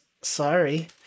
Sorry